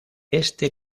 este